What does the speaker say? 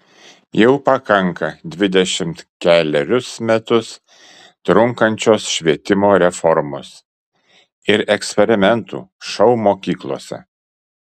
jau pakanka dvidešimt kelerius metus trunkančios švietimo reformos ir eksperimentų šou mokyklose